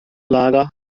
lager